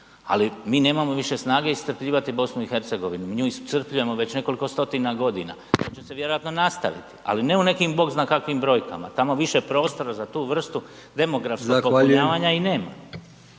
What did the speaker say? ali mi nemamo više snage iscrpljivati BiH, mi nju iscrpljujemo već nekoliko stotina godina, to će se vjerojatno nastaviti, ali ne u nekim bog zna kakvim brojkama, tamo više prostora za tu vrstu demografskog popunjavanja i nema.